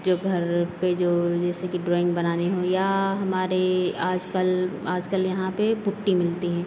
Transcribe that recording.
जो घर पे जो जैसे कि ड्राइंग बनानी हो या हमारे आज कल आज कल यहाँ पे पुट्टी मिलती है